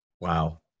wow